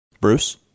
Bruce